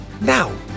Now